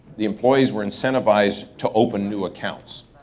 the employees were incentivized to open new accounts.